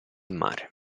mare